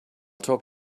talk